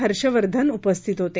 हर्षवर्धन उपस्थित होते